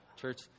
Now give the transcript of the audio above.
church